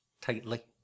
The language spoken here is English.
tightly